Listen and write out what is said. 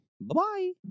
Bye-bye